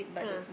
ah